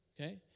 Okay